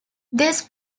this